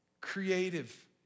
creative